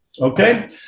Okay